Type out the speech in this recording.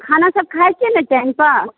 खानासब खाइ छिए ने टाइमपर